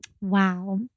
Wow